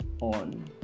on